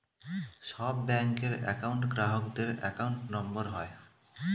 সব ব্যাঙ্কের একউন্ট গ্রাহকদের অ্যাকাউন্ট নম্বর হয়